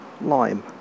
Lime